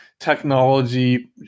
technology